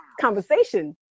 Conversation